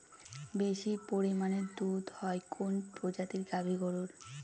বেশি পরিমানে দুধ হয় কোন প্রজাতির গাভি গরুর?